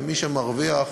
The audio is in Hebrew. ומי שמרוויח,